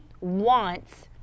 wants